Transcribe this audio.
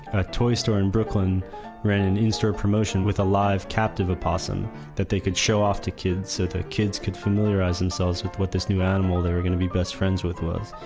a toy store in brooklyn ran an in-store promotion with a live, captive opossum that they could show off to kids so that kids could familiarize familiarize themselves with what this new animal they were going to be best friends with was.